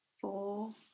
Four